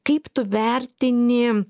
kaip tu vertini